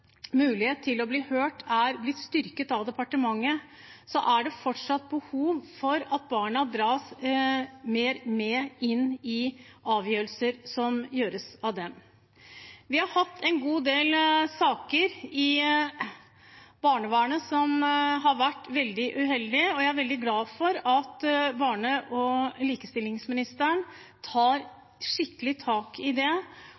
mulighet til å bli hørt er blitt styrket av departementet, er det fortsatt behov for at barna dras mer med inn i avgjørelser som gjøres om dem. Vi har hatt en god del saker i barnevernet som har vært veldig uheldige, og jeg er veldig glad for at barne- og likestillingsministeren tar skikkelig tak i det